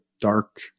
dark